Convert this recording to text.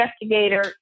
investigator